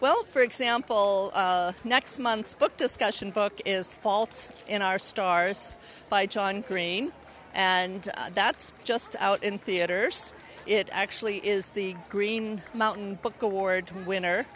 well for example next month's book discussion book is fault in our stars by john green and that's just out in theaters it actually is the green mountain book award winner